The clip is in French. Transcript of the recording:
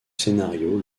scénario